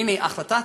והנה ההחלטה,